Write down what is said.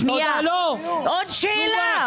שנייה, עוד שאלה.